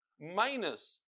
minus